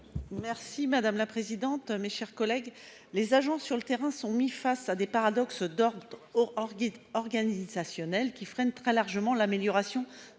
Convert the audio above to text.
Merci madame la présidente, mes chers collègues. Les agents sur le terrain sont mis face à des paradoxes d'or or guide organisationnel qui freine très largement l'amélioration